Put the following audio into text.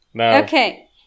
Okay